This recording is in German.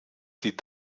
die